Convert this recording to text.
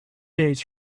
days